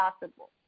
possible